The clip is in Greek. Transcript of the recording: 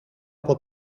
από